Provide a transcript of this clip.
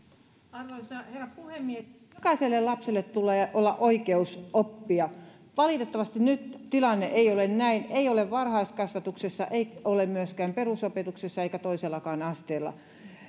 arvoisa herra puhemies jokaisella lapsella tulee olla oikeus oppia valitettavasti nyt tilanne ei ole näin ei ole varhaiskasvatuksessa ei ole myöskään perusopetuksessa eikä toisellakaan asteella